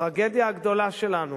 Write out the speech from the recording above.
והטרגדיה הגדולה שלנו,